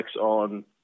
on